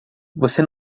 você